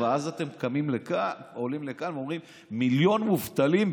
ואז אתם עולים לכאן ואומרים: מיליון מובטלים,